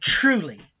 truly